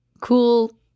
cool